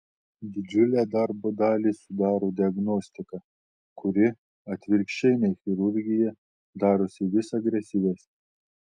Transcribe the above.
didžiulę darbo dalį sudaro diagnostika kuri atvirkščiai nei chirurgija darosi vis agresyvesnė